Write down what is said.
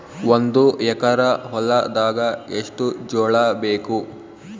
ಒಂದು ಎಕರ ಹೊಲದಾಗ ಎಷ್ಟು ಜೋಳಾಬೇಕು?